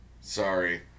Sorry